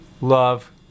love